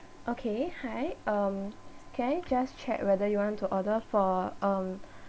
okay hi um can I just check whether you want to order for um